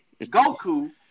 Goku